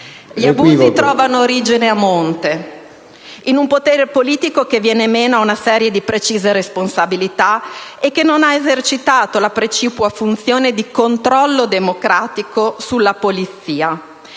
Gli abusi trovano origine a monte, in un potere politico che viene meno ad una serie di precise responsabilità e che non ha esercitato la precipua funzione di controllo democratico sulla polizia,